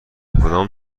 کدام